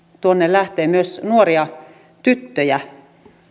tuonne lähtee myös nuoria tyttöjä